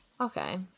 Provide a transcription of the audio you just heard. okay